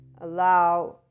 allow